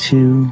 Two